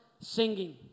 singing